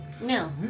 No